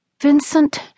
Vincent